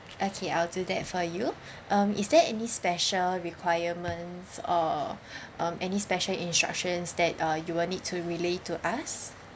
okay I'll do that for you um is there any special requirements or um any special instructions that uh you will need to relay to us